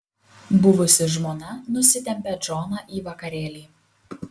buvusi žmona nusitempia džoną į vakarėlį